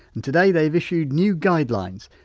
and today they've issued new guidelines.